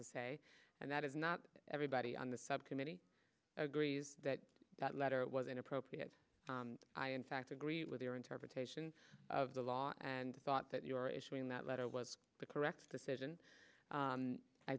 to say and that is not everybody on the subcommittee agrees that that letter was inappropriate and i in fact agree with your interpretation of the law and thought that your issuing that letter was the correct decision